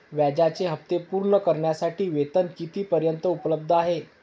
व्याजाचे हप्ते पूर्ण करण्यासाठी वेतन किती पर्यंत उपलब्ध आहे?